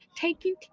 taking